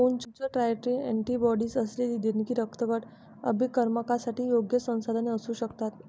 उच्च titre antibodies असलेली देणगी रक्तगट अभिकर्मकांसाठी योग्य संसाधने असू शकतात